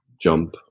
jump